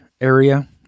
area